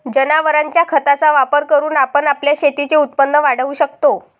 जनावरांच्या खताचा वापर करून आपण आपल्या शेतीचे उत्पन्न वाढवू शकतो